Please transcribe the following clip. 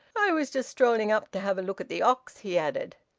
i was just strolling up to have a look at the ox, he added.